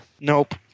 Nope